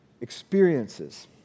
experiences